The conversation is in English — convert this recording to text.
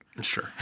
Sure